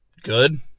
good